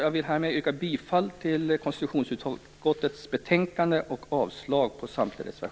Härmed yrkar jag bifall till hemställan i konstitutionsutskottets betänkande och avslag på samtliga reservationer.